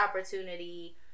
opportunity